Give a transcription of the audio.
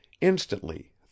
instantly